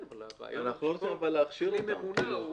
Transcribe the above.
אנחנו לא רוצים להכשיר אותם.